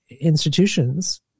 institutions